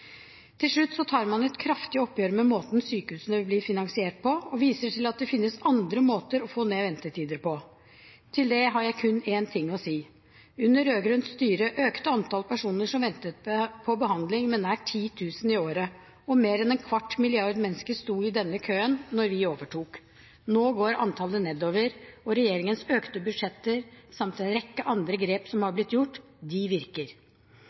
Til slutt tar man et kraftig oppgjør med måten sykehusene blir finansiert på, og viser til at det finnes andre måter å få ned ventetider på. Til det har jeg kun én ting å si. Under rød-grønt styre økte antall personer som ventet på behandling, med nær 10 000 i året, og mer enn en kvart milliard mennesker sto i denne køen da vi overtok. Nå går antallet nedover, og regjeringens økte budsjetter samt en rekke andre grep som har blitt gjort, virker.